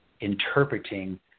interpreting